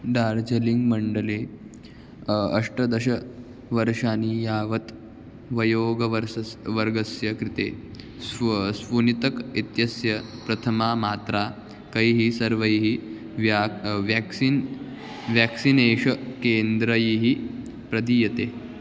डार्जीलिङ्ग् मण्डले अष्टादश वर्षाणि यावत् वयोवर्गस्य वर्गस्य कृते स्वा स्वूनितक् इत्यस्य प्रथमा मात्रा कैः सर्वैः व्याक् व्याक्सिन् व्याक्सिनेषन् केन्द्रैः प्रदीयते